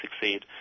succeed